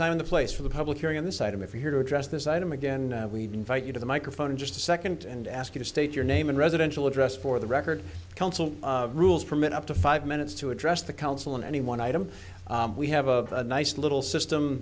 time the place for the public hearing on this item if you're here to address this item again we invite you to the microphone just a second and ask you to state your name and residential address for the record council rules permit up to five minutes to address the council and any one item we have a nice little system